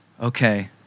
okay